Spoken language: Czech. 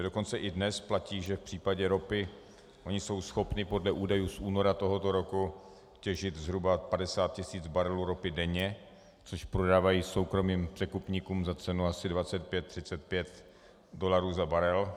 Dokonce i dnes platí, že v případě ropy jsou schopni podle údajů z února tohoto roku těžit zhruba 50 tisíc barelů ropy denně, což prodávají soukromým překupníkům za cenu asi 25, 35 dolarů za barel.